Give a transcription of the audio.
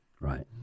right